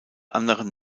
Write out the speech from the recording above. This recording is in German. anderen